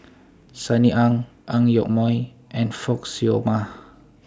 Sunny Ang Ang Yoke Mooi and Fock Siew Wah